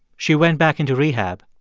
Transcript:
she went back into rehab.